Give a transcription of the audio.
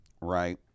right